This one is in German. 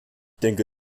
denke